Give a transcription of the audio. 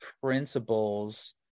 principles